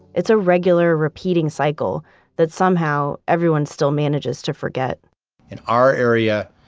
it's a regular, repeating cycle that somehow, everyone still manages to forget in our area,